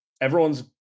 Everyone's